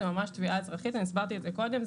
זו ממש תביעה אזרחית, והסברתי זאת קודם.